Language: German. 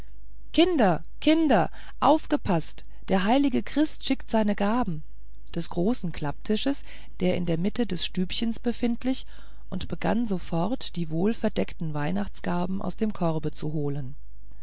kinder kinder aufgepaßt der heilige christ schickt seine gaben des großen klapptisches der in der mitte des stübchens befindlich und begann sofort die wohlverdeckten weihnachtsgaben aus dem korbe zu holen